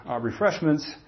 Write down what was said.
refreshments